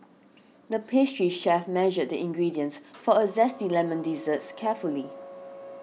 the pastry chef measured the ingredients for a zesty lemon desserts carefully